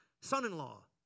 son-in-law